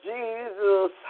Jesus